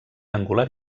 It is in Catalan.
angular